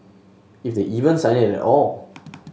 if they even sign it at all